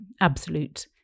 absolute